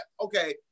Okay